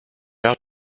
out